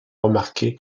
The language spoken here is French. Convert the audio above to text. remarquer